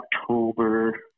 October